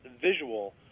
visual